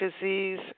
disease